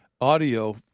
audio